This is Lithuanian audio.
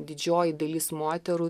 didžioji dalis moterų